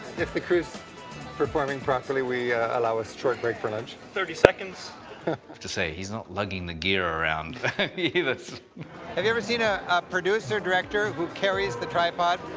if the crew's performing properly, we allow a short break for lunch. thirty seconds. i have to say, he's not lugging the gear around either. have you ever seen a producer director who carries the tripod?